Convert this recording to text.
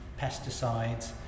pesticides